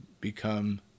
become